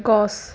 গছ